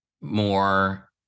more